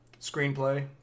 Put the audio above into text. Screenplay